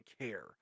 care